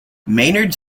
maynard